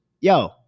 Yo